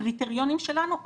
הקריטריונים שלנו.